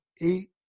eight